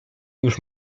już